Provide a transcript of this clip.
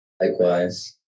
likewise